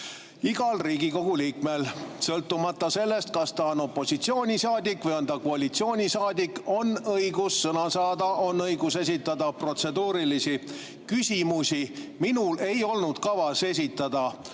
Igal Riigikogu liikmel, sõltumata sellest, kas ta on opositsioonisaadik või on ta koalitsioonisaadik, on õigus sõna saada, on õigus esitada protseduurilisi küsimusi. Minul ei olnud kavas esitada